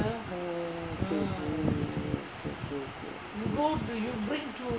oh okay okay